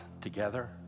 together